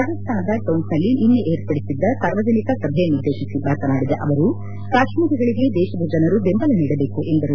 ರಾಜಸ್ತಾನದ ಟೊಂಕ್ನಲ್ಲಿ ನಿನ್ನೆ ಏರ್ಪಡಿಸಿದ್ದ ಸಾರ್ವಜನಿಕ ಸಭೆಯನ್ನುದ್ದೇಶಿಸಿ ಮಾತನಾಡಿದ ಅವರು ಕಾಶ್ಮೀರಿಗಳಿಗೆ ದೇಶದ ಜನರು ಬೆಂಬಲ ನೀಡಬೇಕು ಎಂದರು